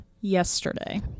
yesterday